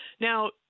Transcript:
Now